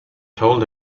told